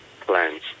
plans